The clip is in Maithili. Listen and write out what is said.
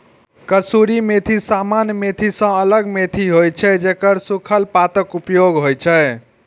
कसूरी मेथी सामान्य मेथी सं अलग मेथी होइ छै, जेकर सूखल पातक उपयोग होइ छै